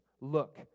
Look